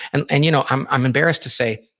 and and you know, i'm i'm embarrassed to say,